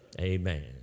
amen